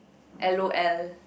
L_O_L